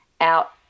out